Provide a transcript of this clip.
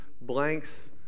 blanks